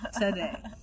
today